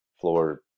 floor